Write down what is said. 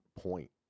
point